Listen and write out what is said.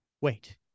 Wait